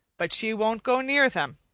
but she won't go near them.